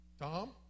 Tom